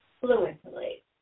fluently